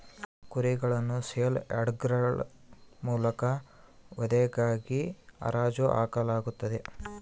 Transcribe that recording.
ಕುರಿಗಳನ್ನು ಸೇಲ್ ಯಾರ್ಡ್ಗಳ ಮೂಲಕ ವಧೆಗಾಗಿ ಹರಾಜು ಹಾಕಲಾಗುತ್ತದೆ